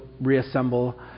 reassemble